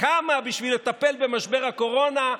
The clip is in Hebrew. שקמה בשביל לטפל במשבר הקורונה,